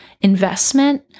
investment